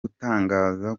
gutangaza